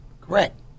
Correct